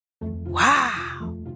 Wow